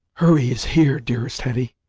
hurry is here, dearest hetty,